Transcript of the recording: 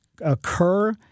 occur